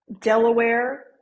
Delaware